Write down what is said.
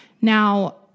Now